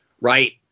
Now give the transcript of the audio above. right